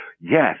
yes